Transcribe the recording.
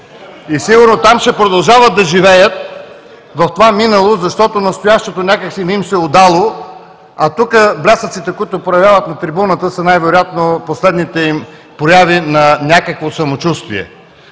И сигурно ще продължават да живеят в това минало, защото настоящето някак си не им се е отдало. А блясъците, които проявяват на трибуната, са най-вероятно последните им прояви на някакво самочувствие,